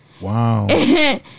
Wow